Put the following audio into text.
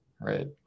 right